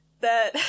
that-